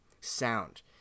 sound